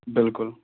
بِلکُل